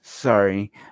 Sorry